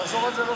תחזור על זה,